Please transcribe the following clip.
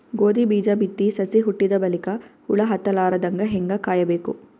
ಗೋಧಿ ಬೀಜ ಬಿತ್ತಿ ಸಸಿ ಹುಟ್ಟಿದ ಬಲಿಕ ಹುಳ ಹತ್ತಲಾರದಂಗ ಹೇಂಗ ಕಾಯಬೇಕು?